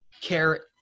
care